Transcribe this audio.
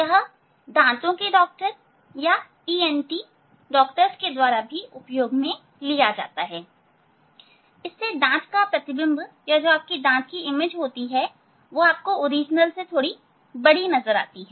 यह दांतो या ENT चिकित्सक द्वारा भी उपयोग में लिया जाता है इससे दांत का प्रतिबिंब वास्तविक से ज्यादा बड़ा मिलता है